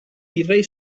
virrei